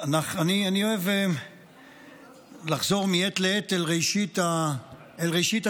אני אוהב לחזור מעת לעת אל ראשית הצירים.